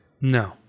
no